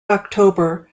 october